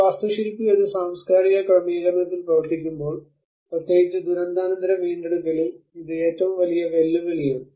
ഒരു വാസ്തുശില്പി ഒരു സാംസ്കാരിക ക്രമീകരണത്തിൽ പ്രവർത്തിക്കുമ്പോൾ പ്രത്യേകിച്ച് ദുരന്താനന്തര വീണ്ടെടുക്കലിൽ ഇത് ഏറ്റവും വലിയ വെല്ലുവിളിയാണ്